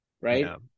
right